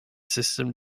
system